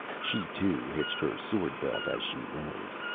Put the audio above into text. she too hitched her sword-belt as she rose.